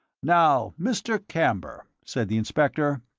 now, mr. camber, said the inspector,